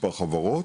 מספר חברות,